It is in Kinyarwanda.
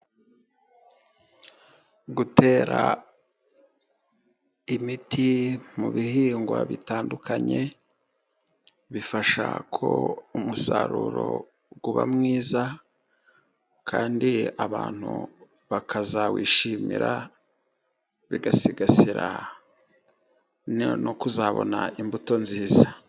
Gutera imiti mu bihingwa bitandukanye bifasha ko umusaruro uba mwiza, kandi abantu bakazawishimira, bigasigasira no kuzabona imbuto nziza.